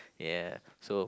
yeah so